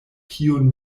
kiun